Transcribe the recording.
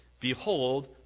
Behold